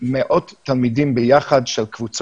מאות תלמידים בקבוצות